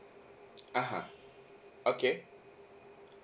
(uh huh) okay